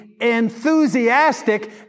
enthusiastic